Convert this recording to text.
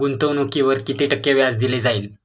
गुंतवणुकीवर किती टक्के व्याज दिले जाईल?